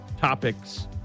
topics